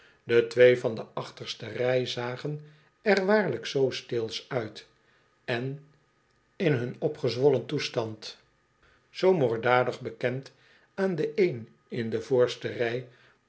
de twee van de achterste rij zagen er waarlijk zoo steelsch uit en in hun opgezwollen toestand zoo moordachtig bekend aan do een in de voorste rij